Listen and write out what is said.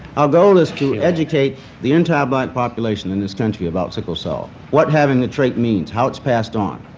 our goal is to educate the entire black but population in this country about sickle cell what having the trait means, how it's passed on,